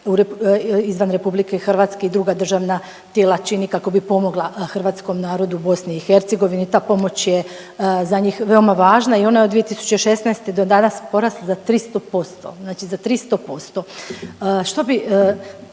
izvan RH i druga državna tijela čini kako bi pomogla hrvatskom narodu u BiH, ta pomoć je za njih veoma važna i ona je od 2016. do danas porasla za 300%, znači za 300%.